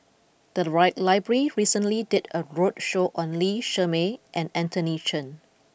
the right library recently did a roadshow on Lee Shermay and Anthony Chen